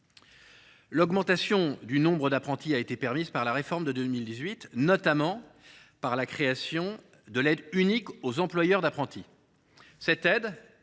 L’augmentation du nombre d’apprentis a été permise par la réforme de 2018, notamment par la création de l’aide unique aux employeurs d’apprentis. Ciblée